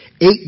eight